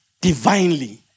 Divinely